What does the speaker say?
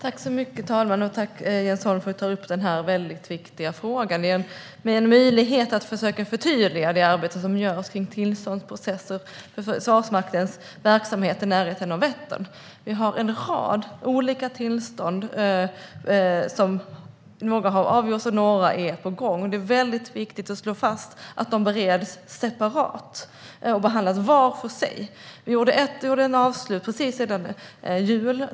Herr talman! Tack, Jens Holm, för att du tar upp den här väldigt viktiga frågan och ger mig en möjlighet att försöka förtydliga det arbete som görs med tillståndsprocesser för Försvarsmaktens verksamheter i närheten av Vättern. Det finns en rad olika tillstånd varav några har avgjorts och några är på gång. Det är väldigt viktigt att slå fast att ärendena bereds separat och behandlas var för sig. Precis före jul gjorde vi ett avslut.